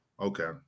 Okay